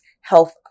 health